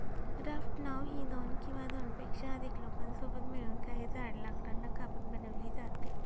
raft नाव ही दोन किंवा दोनपेक्षा अधिक लोकांसोबत मिळून, काही जाड लाकडांना कापून बनवली जाते